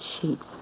sheets